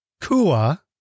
Kua